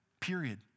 Period